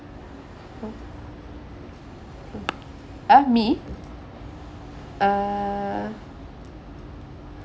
mm mm ah me uh